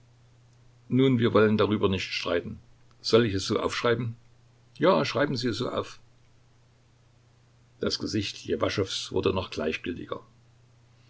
nun wir wollen darüber nicht streiten soll ich es so aufschreiben ja schreiben sie es so auf das gesicht ljewaschows wurde noch gleichgültiger